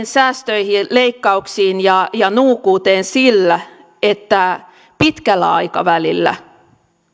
säästöihin leikkauksiin ja ja nuukuuteen sillä että pitkällä aikavälillä